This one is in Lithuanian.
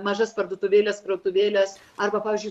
mažas parduotuvėles krautuvėles arba pavyzdžiui